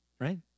right